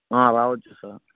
రావచ్చు సార్